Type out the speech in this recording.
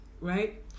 right